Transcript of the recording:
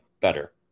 better